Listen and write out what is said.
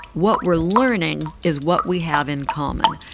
what we're learning is what we have in common.